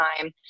time